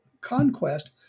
conquest